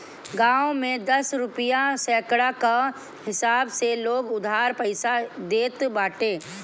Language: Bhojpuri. गांव में दस रुपिया सैकड़ा कअ हिसाब से लोग उधार पईसा देत बाटे